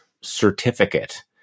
certificate